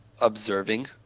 observing